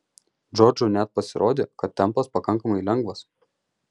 džordžui net pasirodė kad tempas pakankamai lengvas